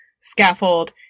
scaffold